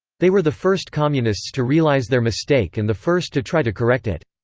they were the first communists to realize their mistake and the first to try to correct it.